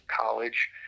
College